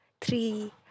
Three